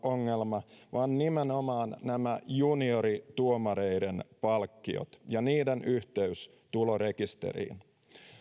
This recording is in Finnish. ongelma vaan nimenomaan nämä juniorituomareiden palkkiot ja niiden yhteys tulorekisteriin